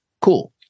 Cool